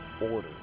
Order